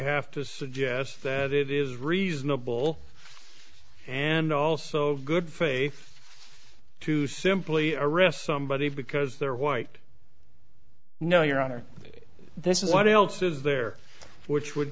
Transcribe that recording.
have to suggest that it is reasonable and also good faith to simply arrest somebody because they're white no your honor this is what else is there which would